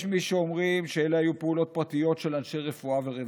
יש מי שאומרים שאלה היו פעולות פרטיות של אנשי רפואה ורווחה,